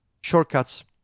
shortcuts